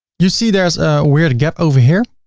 you see there's a weird gap over here.